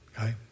Okay